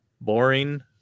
boring